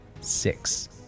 Six